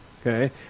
Okay